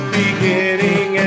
beginning